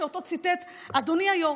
שאותו ציטט אדוני היו"ר.